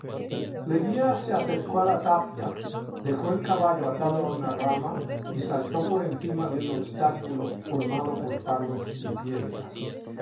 leguía se acercó a la tapia dejó el caballo atado a una rama y saltó por encima de un obstáculo formado por palos y piedras